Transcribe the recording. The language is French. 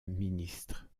ministres